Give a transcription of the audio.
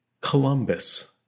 Columbus